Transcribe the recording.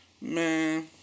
man